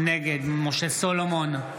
נגד משה סולומון,